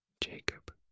Jacob